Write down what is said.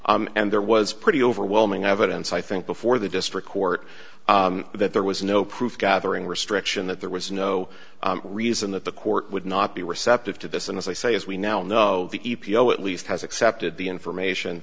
and there was pretty overwhelming evidence i think before the district court that there was no proof gathering restriction that there was no reason that the court would not be receptive to this and as i say as we now know the e p o at least has accepted the information